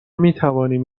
میتوانیم